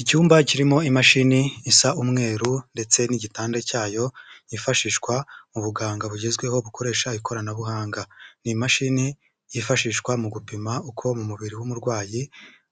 Icyumba kirimo imashini isa umweru ndetse n'igitanda cyayo yifashishwa mu buganga bugezweho bukoresha ikoranabuhanga. Ni imashini yifashishwa mu gupima uko mu mubiri w'umurwayi